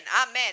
amen